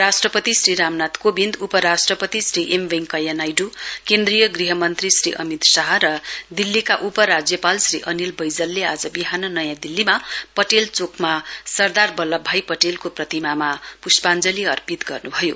राष्ट्रपति श्री रामनाथ कोविन्द उपराष्ट्रपति श्री एम वेंकैया नाइडू केन्द्रीय गृह मन्त्री श्री अमित शाह र दिल्लिका उपराज्यपाल श्री अनिल बैजलले आज विहान नयाँ दिल्लीमा पटेल चोकमा सरदार बल्लभ भाई पटेलको प्रतिमामा पुष्पाञ्जलि अर्पित गर्नुभयो